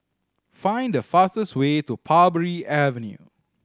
find the fastest way to Parbury Avenue